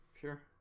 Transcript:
Sure